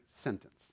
sentence